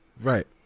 Right